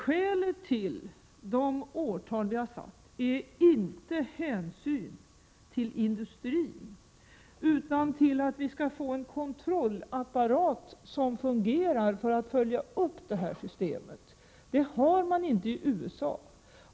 Skälet till de årtal vi har föreslagit är inte hänsyn till industrin, utan skälet är att vi skall kunna få en kontrollapparat som fungerar för att följa upp det här systemet. Någon sådan kontroll har man inte i USA.